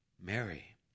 Mary